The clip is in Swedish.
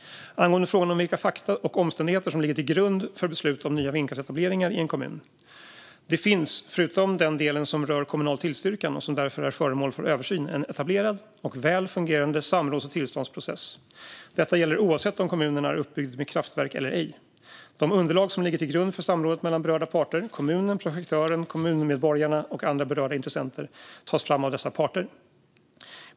Angående frågan om vilka fakta och omständigheter som ligger till grund för beslut om nya vindkraftsetableringar i en kommun: Det finns - förutom den delen som rör kommunal tillstyrkan och som därför är föremål för översyn - en etablerad och väl fungerande samråds och tillståndsprocess. Detta gäller oavsett om kommunen är utbyggd med kraftverk eller ej. De underlag som ligger till grund för samrådet mellan berörda parter - kommunen, projektören, kommunmedborgarna och andra berörda intressenter - tas fram av dessa parter.